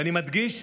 ואני מדגיש,